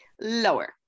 lower